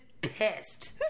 pissed